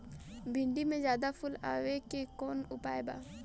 भिन्डी में ज्यादा फुल आवे के कौन उपाय बा?